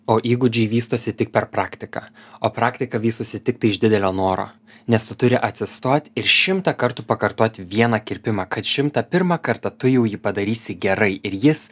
o įgūdžiai vystosi tik per praktiką o praktika vystosi tiktai iš didelio noro nes tu turi atsistoti ir šimtą kartų pakartoti vieną kirpimą kad šimtą pirmą kartą tu jau jį padarysi gerai ir jis